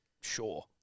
sure